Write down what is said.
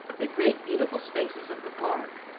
the great, beautiful spaces of the park,